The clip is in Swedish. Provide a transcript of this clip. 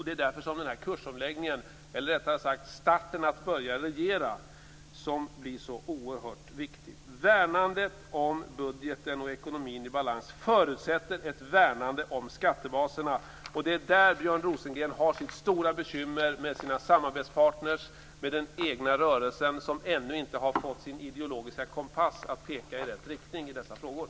Det är därför som den här kursomläggningen, eller rättare sagt detta att börja regera, blir så oerhört viktig. Värnandet om budgeten och ekonomin i balans förutsätter ett värnande av skattebaserna. Det är där Björn Rosengren har stora bekymmer med sina samarbetspartner och den egna rörelsen som ännu inte har fått sin ideologiska kompass att peka i rätt riktning i dessa frågor.